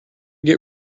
get